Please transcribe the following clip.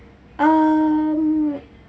um